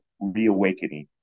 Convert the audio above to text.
reawakening